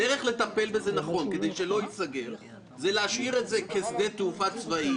הדרך לטפל בכך בכדי שהוא לא ייסגר היא להשאיר את זה כשדה תעופה צבאי